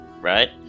right